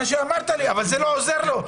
מה שאמרת לי, אבל זה לא עוזר לו.